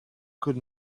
could